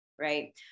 right